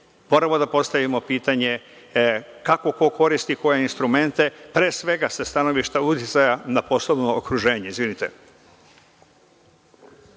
moramo da postavimo pitanje kako ko koristi koje instrumente, pre svega sa stanovišta uticaja na poslovno okruženje. Pošto